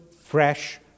fresh